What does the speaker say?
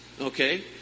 Okay